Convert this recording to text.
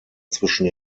zwischen